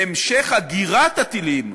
המשך אגירת הטילים.